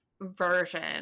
version